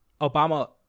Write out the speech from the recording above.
Obama